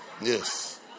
Yes